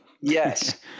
Yes